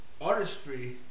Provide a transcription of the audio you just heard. artistry